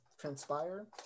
transpire